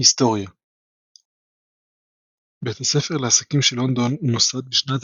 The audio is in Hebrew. היסטוריה בית הספר לעסקים של לונדון נוסד בשנת